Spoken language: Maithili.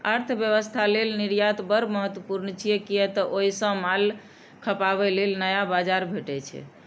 अर्थव्यवस्था लेल निर्यात बड़ महत्वपूर्ण छै, कियै तं ओइ सं माल खपाबे लेल नया बाजार भेटै छै